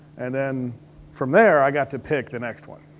and then from there, i got to pick the next one.